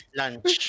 lunch